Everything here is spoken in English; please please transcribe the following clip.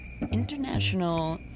International